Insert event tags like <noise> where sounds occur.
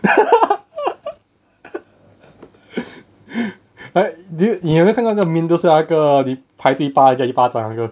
<laughs> but do you 你有没有看到那个那个排第八那个一巴掌那个